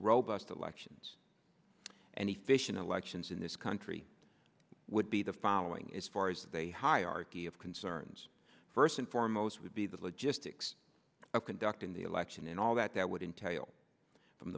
robust elections and the fission elections in this country would be the following as far as of a hierarchy of concerns first and foremost would be the logistics of conducting the election and all that that would entail from